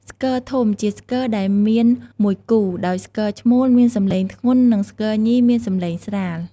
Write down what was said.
ស្គរធំជាស្គរដែលមានមួយគូ ដោយស្គរឈ្មោលមានសំឡេងធ្ងន់ និងស្គរញីមានសំឡេងស្រាល។